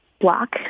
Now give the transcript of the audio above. block